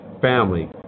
family